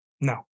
No